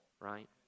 right